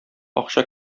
акча